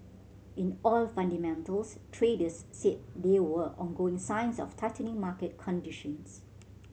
in oil fundamentals traders said there were ongoing signs of tightening market conditions